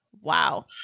Wow